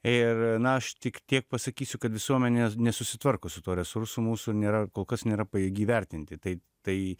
ir na aš tik tiek pasakysiu kad visuomenė nesusitvarko su tuo resursu mūsų nėra kol kas nėra pajėgi įvertinti tai tai